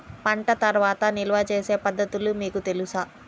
పంట తర్వాత నిల్వ చేసే పద్ధతులు మీకు తెలుసా?